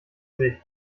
dich